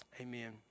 Amen